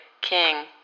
king